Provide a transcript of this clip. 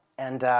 and